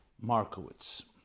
Markowitz